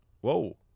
whoa